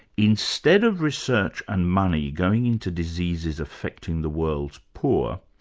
instead of research and money going into diseases affecting the world's poor,